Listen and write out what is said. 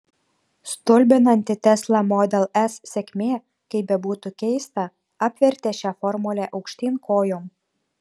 stulbinanti tesla model s sėkmė kaip bebūtų keista apvertė šią formulę aukštyn kojom